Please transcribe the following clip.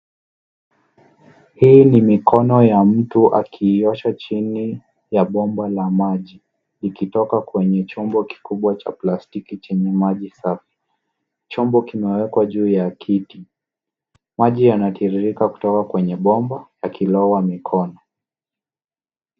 Hii ni mikono ya mtu akiiosha chini ya bomba la maji likitoka kwenye chombo kikubwa cha plastiki chenye maji safi. Chombo kimewekwa juu ya kiti. Maji yanatiririka kutoka kwenye bomba yakilowa mikono.